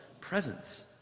presence